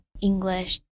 English